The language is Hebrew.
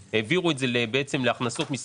בבנייה העירונית למגזר המיעוטים נמצאים בנפרד?